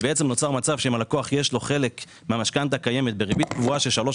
נוצר מצב שאם הלקוח יש לו חלק מהמשכנתה הקיימת בריבית קבועה של 3%,